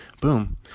Boom